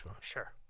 Sure